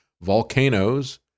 Volcanoes